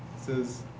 says